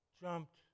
jumped